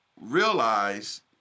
realize